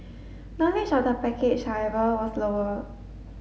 knowledge of the package however was lower